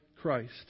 Christ